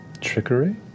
Trickery